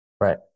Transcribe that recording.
Right